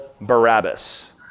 Barabbas